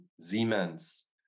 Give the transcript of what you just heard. Siemens